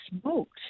smoked